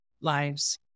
lives